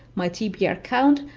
my tbr count,